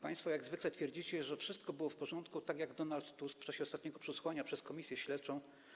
Państwo jak zwykle twierdzicie, że wszystko było w porządku, tak jak Donald Tusk w czasie ostatniego przesłuchania przez komisję śledczą.